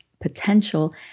potential